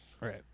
right